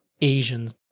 Asians